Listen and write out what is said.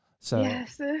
yes